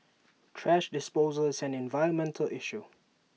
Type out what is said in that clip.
thrash disposal is an environmental issue